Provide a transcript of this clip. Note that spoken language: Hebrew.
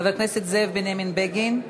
חבר הכנסת זאב בנימין בגין?